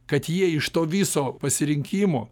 kad jie iš to viso pasirinkimo